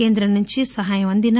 కేంద్రం నుంచి సాయం అందినా